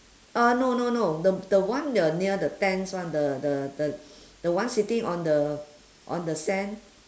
ah no no no the the one the near the tents one the the the the one sitting on the on the sand